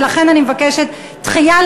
ולכן אני מבקשת דחייה,